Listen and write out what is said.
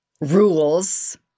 rules